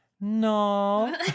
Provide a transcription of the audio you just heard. No